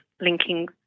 linking